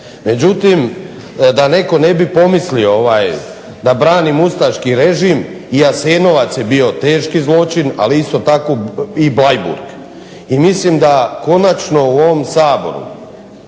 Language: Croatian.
Međutim, da netko ne bi pomislio da branim ustaški režim i Jasenovac je bio teški zločin, ali isto tako i Bleiburg. I mislim da konačno u ovom SAboru